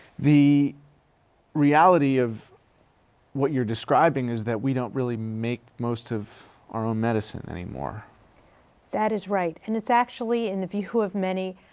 the reality of what you're describing is that we don't really make most of our own medicine anymore. eban that is right. and it's actually, in the view of many,